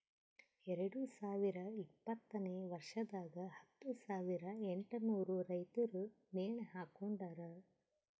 ಎರಡು ಸಾವಿರ ಇಪ್ಪತ್ತನೆ ವರ್ಷದಾಗ್ ಹತ್ತು ಸಾವಿರ ಎಂಟನೂರು ರೈತುರ್ ನೇಣ ಹಾಕೊಂಡಾರ್